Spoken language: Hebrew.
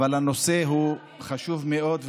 אבל הנושא חשוב מאוד,